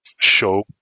show